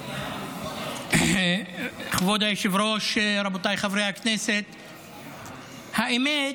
כבוד היושב-ראש, רבותיי חברי הכנסת, האמת,